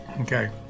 Okay